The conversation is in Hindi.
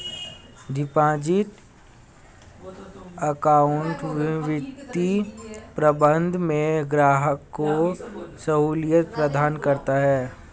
डिपॉजिट अकाउंट वित्तीय प्रबंधन में ग्राहक को सहूलियत प्रदान करता है